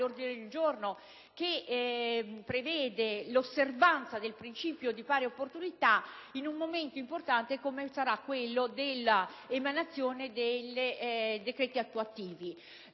l'ordine del giorno che prevede l'osservanza del principio di pari opportunità in un momento importante come sarà quello dell'emanazione dei decreti attuativi.